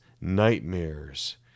nightmares